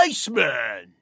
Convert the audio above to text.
Iceman